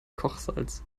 kochsalz